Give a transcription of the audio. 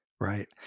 Right